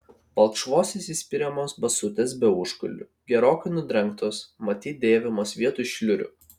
balkšvos įsispiriamos basutės be užkulnių gerokai nudrengtos matyt dėvimos vietoj šliurių